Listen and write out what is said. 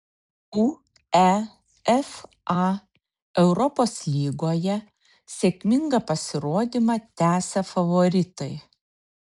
uefa europos lygoje sėkmingą pasirodymą tęsia favoritai